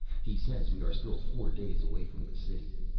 he says we are still four days away from the city.